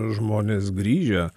žmonės grįžę